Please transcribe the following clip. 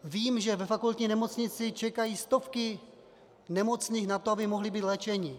Vím, že ve fakultní nemocnici čekají stovky nemocných na to, aby mohli být léčeni.